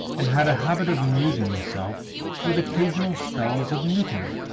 and had a habit of amusing himself with occasional spells of knitting.